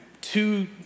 two